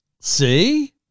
See